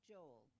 Joel